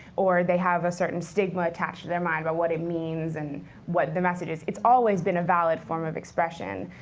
or they have a certain stigma attached to their mind about what it means, and what their message is. it's always been a valid form of expression.